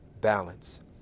balance